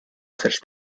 such